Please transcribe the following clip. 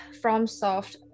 FromSoft